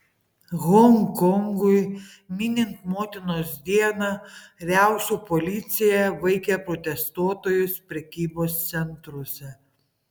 honkongui minint motinos dieną riaušių policija vaikė protestuotojus prekybos centruose